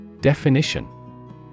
Definition